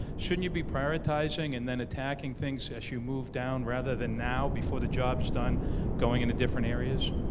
shouldn't you be prioritizing and then attacking things as you move down rather than now before the job's done going into different areas?